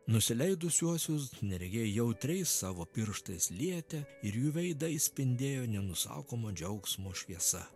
nusileidusiuosius neregiai jautriais savo pirštais lietė ir jų veidai spindėjo nenusakomo džiaugsmo šviesa